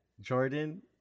Jordan